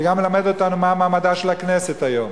זה גם מלמד אותנו מה מעמדה של הכנסת היום,